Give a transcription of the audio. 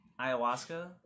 ayahuasca